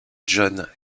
john